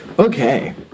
Okay